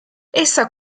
essa